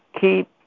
keep